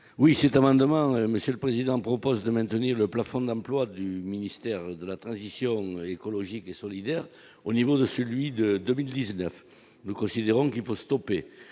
Cet amendement vise à maintenir le plafond d'emplois du ministère de la transition écologique et solidaire au niveau de celui de 2019. Nous considérons qu'il faut stopper